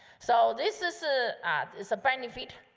so this is ah is a benefit,